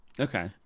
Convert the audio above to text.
Okay